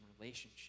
relationship